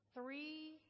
three